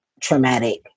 traumatic